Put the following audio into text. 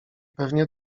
pewnie